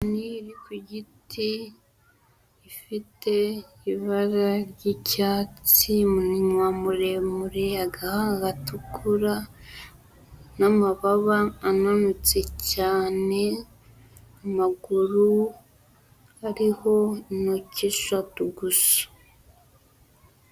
Inyoni iri ku giti, ifite ibara ry'icyatsi, umunwa muremure, agahanga gatukura n'amababa amanutse cyane, amaguru ariho intoki eshatu gusa.